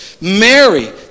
Mary